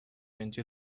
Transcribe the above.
into